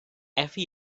avi